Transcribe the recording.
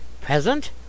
present